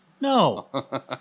No